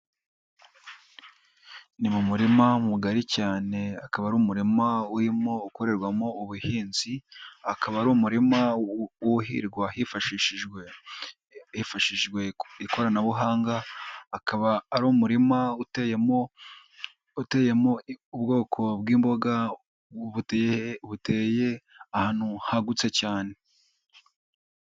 Ni mu murima mugari cyane, akaba ari umurima ukorerwamo ubuhinzi, akaba ari umurima wuhirwa hifashishijwe ikoranabuhanga, akaba ari umurima uteyemo ubwoko bw'imboga' buteye ahantu hagutse cyane.